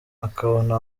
akabona